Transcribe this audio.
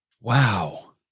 Wow